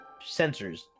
sensors